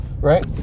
right